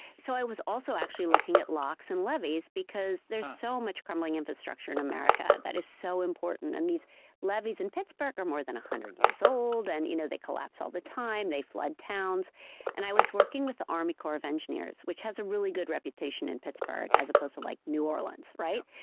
so i was also actually looking at locks and levies because there's so much crumbling infrastructure in america that is so important and these levies in pittsburgh are more than a hundred years old and you know they collapse all the time, they flood towns and i was working with an army corps of engineers, which has a really good reputation in pittsburgh as opposed to like new orleans, right?